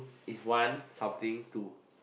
is one something two